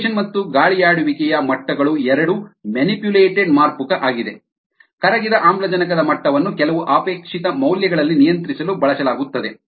agitation ಮತ್ತು ಗಾಳಿಯಾಡುವಿಕೆಯ ಮಟ್ಟಗಳು ಎರಡೂ ಮ್ಯಾನಿಪುಲೇಟೆಡ್ ಮಾರ್ಪುಕ ಆಗಿದೆ ಕರಗಿದ ಆಮ್ಲಜನಕದ ಮಟ್ಟವನ್ನು ಕೆಲವು ಅಪೇಕ್ಷಿತ ಮೌಲ್ಯಗಳಲ್ಲಿ ನಿಯಂತ್ರಿಸಲು ಬಳಸಲಾಗುತ್ತದೆ